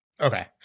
Okay